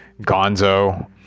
gonzo